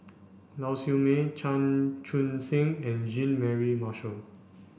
Lau Siew Mei Chan Chun Sing and Jean Mary Marshall